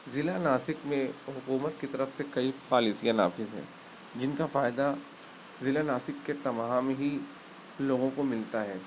ضلع ناسک میں حکومت کی طرف سے کئی پالیسیاں نافذ ہیں جن کا فائدہ ضلع ناسک کے تمام ہی لوگوں کو ملتا ہے